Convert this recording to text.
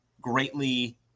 greatly